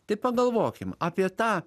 tai pagalvokim apie tą